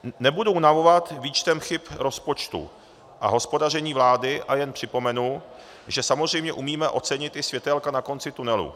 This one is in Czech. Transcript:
Nebudu unavovat výčtem chyb rozpočtu a hospodaření vlády, ale jenom připomenu, že samozřejmě umíme ocenit i světélka na konci tunelu.